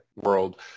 world